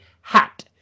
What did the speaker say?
hat